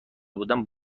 بودم